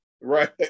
Right